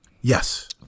Yes